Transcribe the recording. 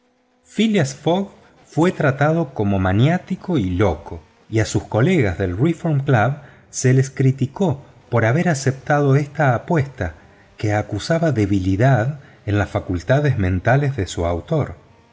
fogg fue tratado como maniático y loco y a sus colegas del reform club se les criticó por haber aceptado esta apuesta que acusaba debilidad en las facultades mentales de su autor